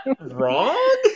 wrong